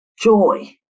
joy